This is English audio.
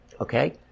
Okay